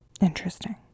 interesting